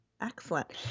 Excellent